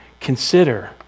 Consider